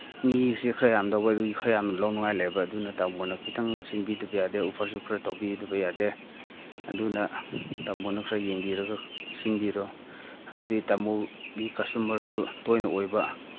ꯃꯤꯁꯦ ꯈꯔ ꯌꯥꯝꯗꯧꯕ ꯑꯗꯨꯒꯤ ꯈꯔ ꯌꯥꯝꯅ ꯂꯧꯅꯉꯥꯏ ꯂꯩꯕ ꯑꯗꯨꯅ ꯇꯥꯃꯣꯅ ꯈꯤꯇꯪ ꯁꯤꯟꯕꯤꯗꯕ ꯌꯥꯗꯦ ꯑꯣꯐꯔꯁꯨ ꯈꯔ ꯇꯧꯕꯤꯗꯕ ꯌꯥꯗꯦ ꯑꯗꯨꯅ ꯇꯥꯃꯣꯅ ꯈꯔ ꯌꯦꯡꯕꯤꯔꯒ ꯁꯤꯡꯕꯤꯔꯣ ꯍꯥꯏꯕꯗꯤ ꯇꯥꯃꯣꯒꯤ ꯀꯁꯇꯃꯔꯁꯨ ꯇꯣꯏꯅ ꯑꯣꯏꯕ